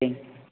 કેમ